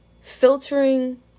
Filtering